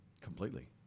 completely